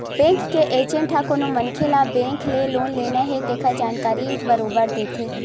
bank के agent ह कोनो मनखे ल बेंक ले लोन लेना हे तेखर जानकारी बरोबर देथे